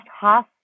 half